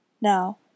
Now